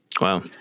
Wow